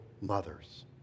mothers